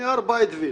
אני ארבעה אדוויל.